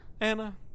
Anna